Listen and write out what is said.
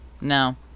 No